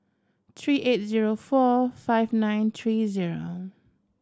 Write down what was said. three eight zero four five nine three zero